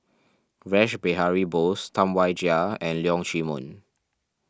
Rash Behari Bose Tam Wai Jia and Leong Chee Mun